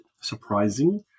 surprising